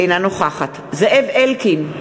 אינה נוכחת זאב אלקין,